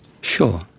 Sure